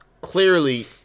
clearly